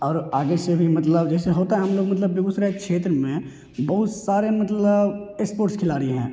और आगे से भी मतलब जैसे होता है मतलब हम लोग बेगुसराय क्षेत्र में बहुत सारे मतलब एस्पोर्ट्स खिलाड़ी हैं